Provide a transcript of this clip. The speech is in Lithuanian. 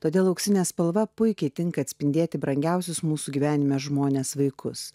todėl auksinė spalva puikiai tinka atspindėti brangiausius mūsų gyvenime žmones vaikus